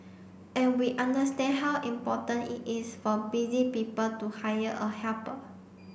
and we understand how important it is for busy people to hire a helper